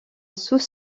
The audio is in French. sous